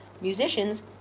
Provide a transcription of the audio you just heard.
musicians